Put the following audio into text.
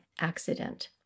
accident